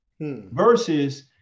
versus